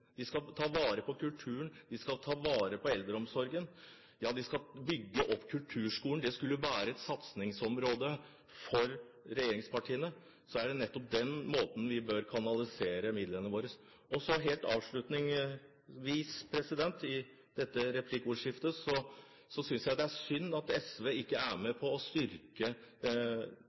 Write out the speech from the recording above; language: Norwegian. de skal ta vare på kulturen, de skal ta vare på eldreomsorgen, de skal bygge opp kulturskolene, det skulle være et satsingsområde for regjeringsspartiene – er det jo nettopp den måten vi bør kanalisere midlene våre på. Så helt avslutningsvis i dette replikkordskiftet vil jeg si at jeg synes det er synd at SV ikke er med på å styrke